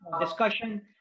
discussion